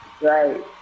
Right